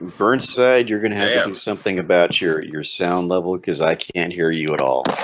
burnside you're gonna hang something about your your sound level because i can't hear you at all